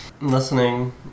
listening